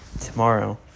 Tomorrow